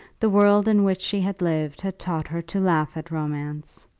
the world in which she had lived had taught her to laugh at romance,